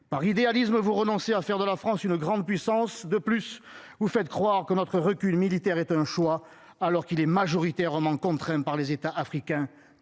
par idéalisme vous renoncez à faire de la France une grande puissance de plus vous faites croire que notre recul militaire est un choix, alors qu'il est majoritairement contraint par les États africains